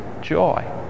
Joy